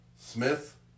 Smith